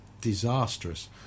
disastrous